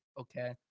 Okay